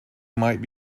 might